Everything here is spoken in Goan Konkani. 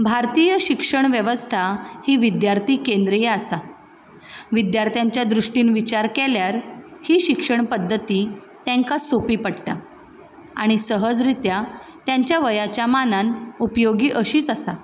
भारतीय शिक्षण वेवस्था ही विद्यार्थी केंद्रीय आसा विद्यार्थ्यांच्या दृश्टीन विचार केल्यार ही शिक्षण पध्दतीक तेंकां सोंपी पडटा आनी सहज रित्या तेंच्या वयाच्या मानान उपयोगी अशीच आसा